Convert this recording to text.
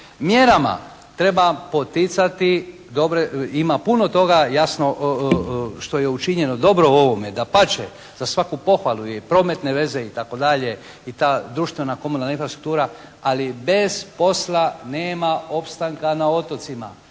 Mjerama treba poticati dobre i ima puno toga jasno što je učinjeno dobro u ovome. Dapače, za svaku pohvalu je i prometne veze itd., i ta društvena komunalna infrastruktura ali bez posla nema opstanka na otocima.